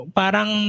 parang